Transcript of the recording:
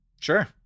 Sure